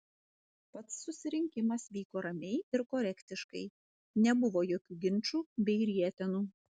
pats susirinkimas vyko ramiai ir korektiškai nebuvo jokių ginčų bei rietenų